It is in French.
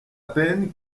peine